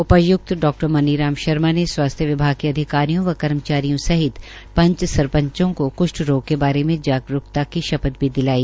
उपायुक्त डा मनी राम शर्मा ने स्वास्थ्य विभाग के अधिकारियों व कर्मचारियों सहित पंच सरपंचों को क्ष्ठ रोग बारे में जागरूकता की शपथ दिलाई